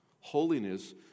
Holiness